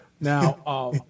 Now